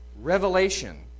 revelation